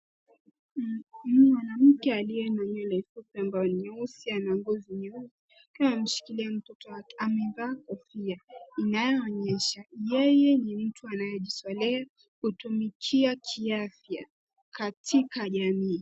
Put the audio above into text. Mwanamke aliye na nywele fupi ambayo ni nyeusi anangozi nyeusi akiwa ameshikilia mtoto wake amevaa kofia inayoonyesha yeye ni mtu anayejitolea kutumikia kiafya katika jamii.